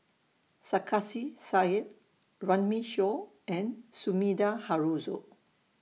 Sarkasi Said Runme Shaw and Sumida Haruzo